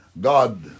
God